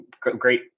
great